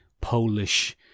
Polish